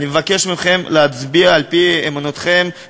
אני מבקש מכם להצביע על-פי אמונתכם,